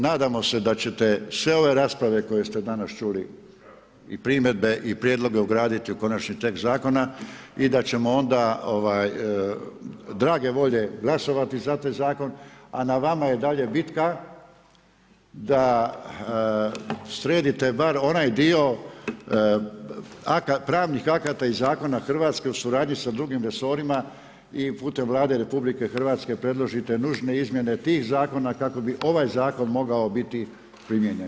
Nadamo se da ćete sve ove rasprave koje ste danas čuli i primjedbe i prijedloge ugraditi u konačni tekst zakona i da ćemo onda drage volje glasovati za taj zakon a na vama je dalje bitka da sredite bar onaj dio pravnih akata i zakona Hrvatske u suradnji sa drugim resorima i putem Vlade Rh predložite nužne izmjene tih zakona kako bi ovaj zakon mogao biti primijenjen.